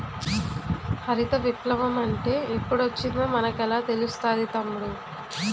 హరిత విప్లవ మంటే ఎప్పుడొచ్చిందో మనకెలా తెలుస్తాది తమ్ముడూ?